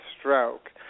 stroke